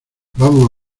vamos